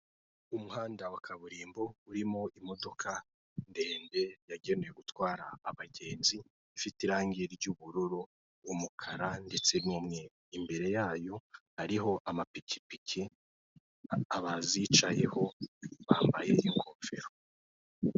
Umuhanda wa kaburimbo, urimo imodoka ndende, yagenewe gutwara abagenzi, ifite irangi ry'ubururu, umukara, ndetse n'umweru. Imbere yayo hariho amapikipiki, abazicayeho bambaye ingofero.